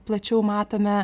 plačiau matome